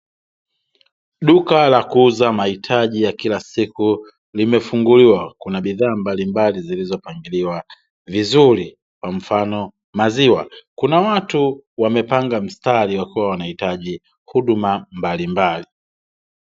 Duka la kuuza mahitaji ya kila siku limefunguliwa kuna bidhaa mbalimbali zilizopangiliwa vizuri kwa mfano maziwa. Kuna watu wamepanga mstari wakiwa wanahitaji huduma mbalimbali.